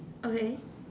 okay